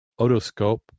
Otoscope